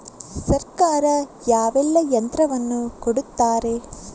ಸರ್ಕಾರ ಯಾವೆಲ್ಲಾ ಯಂತ್ರವನ್ನು ಕೊಡುತ್ತಾರೆ?